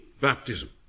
baptism